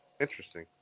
Interesting